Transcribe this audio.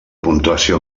puntuació